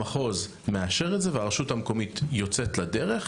המחוז מאשר את זה והרשות המקומית יוצאת לדרך,